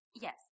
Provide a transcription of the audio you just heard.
Yes